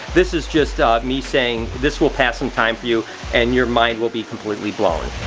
this is just me saying this will pass some time for you and your mind will be completely blown.